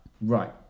Right